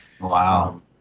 Wow